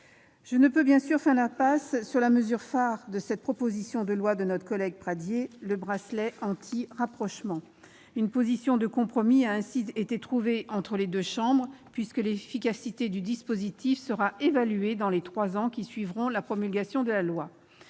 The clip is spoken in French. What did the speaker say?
Je ne peux, bien sûr, faire l'impasse sur la mesure phare de cette proposition de loi de notre collègue député Pradié : le bracelet anti-rapprochement. Une position de compromis a ainsi été trouvée entre les deux chambres, puisque l'efficacité du dispositif sera évaluée dans les trois ans qui suivront la promulgation de la loi.